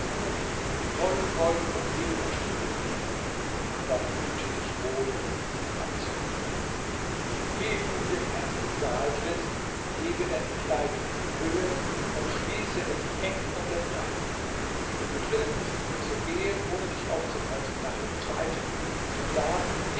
voll gold und silber stehen sehen aber hüte dich wohl sie anzurühren ehe du in den ersten saal trittst hebe dein kleid in die höhe und schließe es eng um den leib wenn du drinnen bist so gehe ohne dich aufzuhalten nach dem zweiten und von da